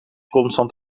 constant